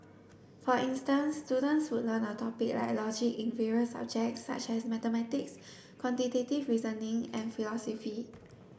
for instance students would learn a topic like logic in various subjects such as mathematics quantitative reasoning and philosophy